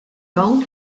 dawn